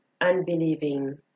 unbelieving